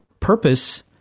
purpose